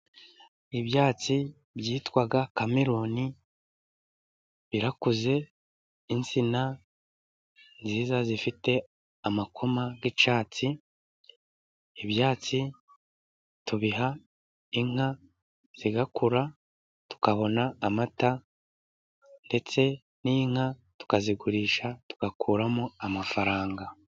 Ibyatsi byitwa kameroni birakuze, insina nziza zifite amakoma y'icyatsi. Ibyatsi tubiha inka zigakura tukabona amata ndetse n'inka tukazigurisha tugakuramo amafaranga.